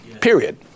period